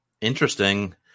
interesting